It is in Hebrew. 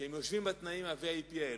שכשהם יושבים בתנאי ה-VIP האלה,